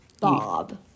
Bob